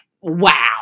wow